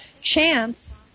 chance